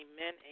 amen